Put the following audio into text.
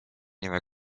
nime